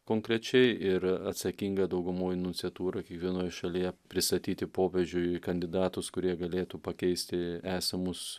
konkrečiai ir atsakinga daugumoj nunciatūra kiekvienoj šalyje pristatyti popiežiui kandidatus kurie galėtų pakeisti esamus